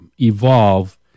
evolve